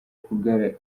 kugaragara